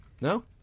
No